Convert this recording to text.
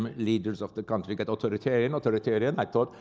um leaders of the country got authoritarian, authoritarian. i thought,